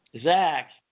Zach